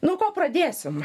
nuo ko pradėsim